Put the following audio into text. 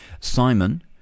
Simon